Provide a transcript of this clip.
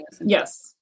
Yes